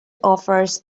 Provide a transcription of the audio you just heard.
offers